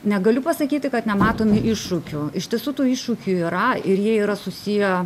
negaliu pasakyti kad nematome iššūkių iš tiesų tų iššūkių yra ir jie yra susiję